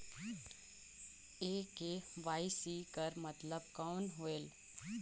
ये के.वाई.सी कर मतलब कौन होएल?